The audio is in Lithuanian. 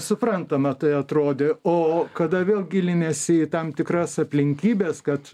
suprantama tai atrodė o kada vėl giliniesi į tam tikras aplinkybes kad